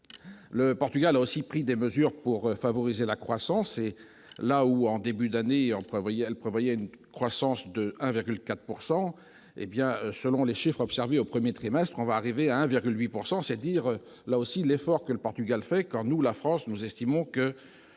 le Portugal a aussi pris des mesures pour favoriser la croissance et là où, en début d'année en elle prévoyait une croissance de 1,4 pourcent hé hé bien, selon les chiffres observé au 1er trimestre on va arriver à 1,8 pourcent c'est c'est à dire là aussi l'effort que le Portugal fait quand nous la France nous estimons que